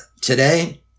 Today